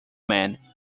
men